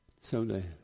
Someday